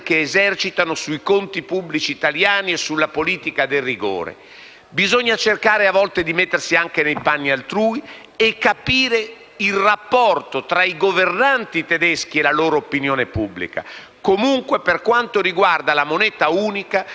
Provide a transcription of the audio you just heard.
Bisogna cercare a volte, però, di mettersi anche nei panni altrui e capire il rapporto tra i governanti tedeschi e la loro opinione pubblica. Comunque, per quanto riguarda la moneta unica, io ricordo le confidenze di Ciampi, molto chiare in proposito: